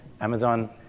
Amazon